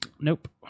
Nope